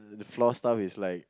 the floor staff is like